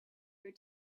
your